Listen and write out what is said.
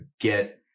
get